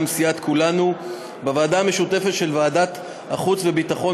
סיעת כולנו בוועדה המשותפת של ועדת החוץ והביטחון